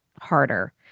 harder